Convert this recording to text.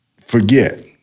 forget